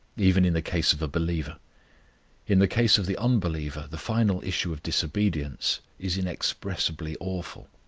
even in the case of a believer in the case of the unbeliever the final issue of disobedience is inexpressibly awful